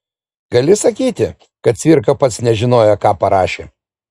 gali sakyti kad cvirka pats nežinojo ką parašė